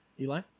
Eli